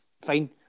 Fine